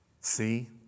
See